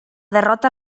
derrota